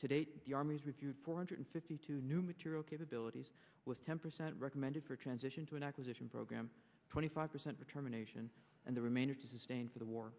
to date the army's reviewed four hundred fifty two new material capabilities with ten percent recommended for transition to an acquisition program twenty five percent determination and the remainder to sustain for the war